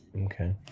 Okay